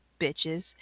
bitches